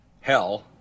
hell